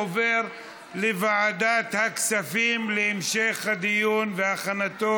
והיא עוברת לוועדת הכספים להמשך הדיון ולהכנתה